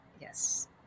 Yes